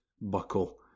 buckle